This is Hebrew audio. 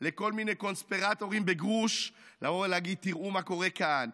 לכל מיני קונספירטורים בגרוש להגיד: תראו מה קורה כאן,